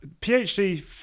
PhD